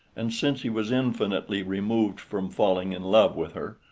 and since he was infinitely removed from falling in love with her,